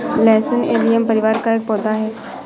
लहसुन एलियम परिवार का एक पौधा है